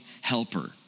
helper